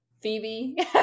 Phoebe